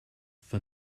for